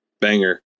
Banger